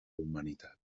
humanitat